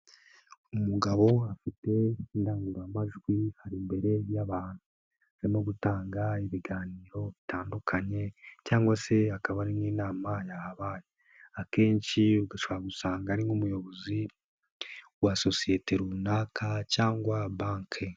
Umugabo afite indangururamajwi, ari imbere y'abantu, arimo gutanga ibiganiro bitandukanye cyangwa se akaba ari nk'inama yahabaye, akenshi ugashobora gusanga ari nk'umuyobozi wa sosiyete runaka cyangwa banki.